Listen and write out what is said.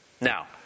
now